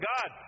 God